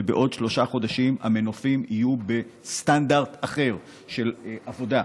ובעוד שלושה חודשים המנופים יהיו בסטנדרט אחר של עבודה.